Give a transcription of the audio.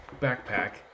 backpack